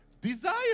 desire